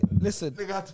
listen